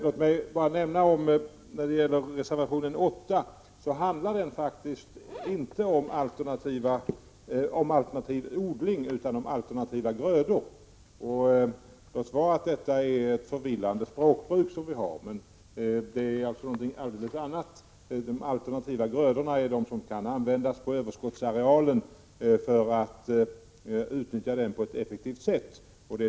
Låt mig bara nämna att reservation 8 faktiskt inte handlar om alternativ odling utan om alternativa grödor. Låt vara att vi har ett förvillande språkbruk där, men alternativa grödor är alltså någonting helt annat. Alternativa grödor används på överskottsarealen för att utnyttja den på ett effektivt sätt.